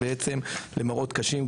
בעצם למראות קשים.